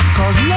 Cause